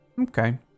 Okay